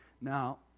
Now